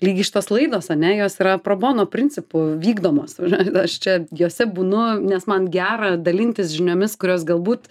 lygiai šitos laidos ane jos yra pro bono principu vykdomos aš čia jose būnu nes man gera dalintis žiniomis kurios galbūt